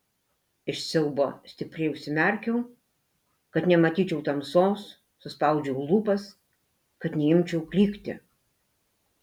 iš siaubo stipriai užsimerkiau kad nematyčiau tamsos suspaudžiau lūpas kad neimčiau klykti